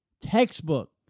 textbook